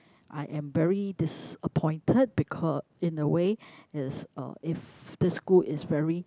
I am very disappointed becau~ in a way is uh if this school is very